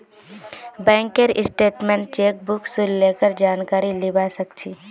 बैंकेर स्टेटमेन्टत चेकबुक शुल्केर जानकारी लीबा सक छी